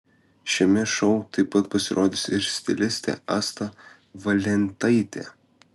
šiame šou taip pat pasirodys ir stilistė asta valentaitė